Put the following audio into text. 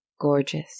Gorgeous